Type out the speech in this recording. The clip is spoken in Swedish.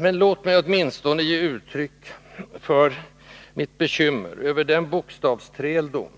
Men låt mig åtminstone ge uttryck för mitt bekymmer över den bokstavsträldom